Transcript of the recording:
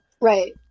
Right